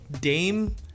Dame